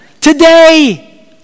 today